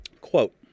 Quote